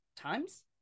times